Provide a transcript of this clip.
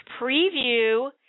preview